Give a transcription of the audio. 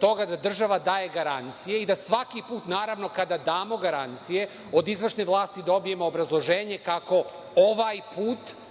toga da država daje garancije i da svaki put, naravno, kada damo garancije od izvršne vlasti dobijemo obrazloženje kako ovaj put